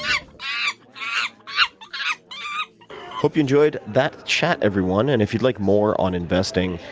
yeah hope you enjoyed that chat everyone, and if you'd like more on investing,